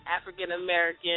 african-american